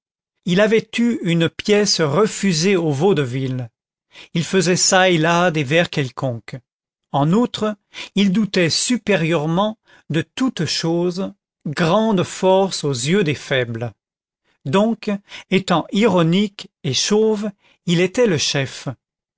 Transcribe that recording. il avait eu une pièce refusée au vaudeville il faisait çà et là des vers quelconques en outre il doutait supérieurement de toute chose grande force aux yeux des faibles donc étant ironique et chauve il était le chef